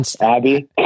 Abby